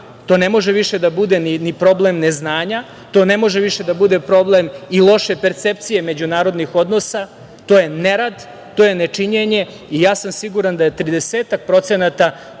To ne može više da bude ni problem neznanja, to ne može više da bude problem i loše percepcije međunarodnih odnosa. To je nerad, to je nečinjenje i ja sam siguran da je 30%